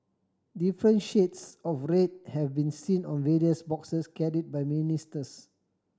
different shades of red have been seen on various boxes carry by ministers